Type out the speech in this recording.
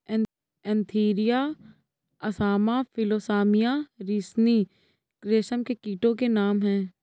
Antheraea असामा फिलोसामिया रिसिनी रेशम के कीटो के नाम हैं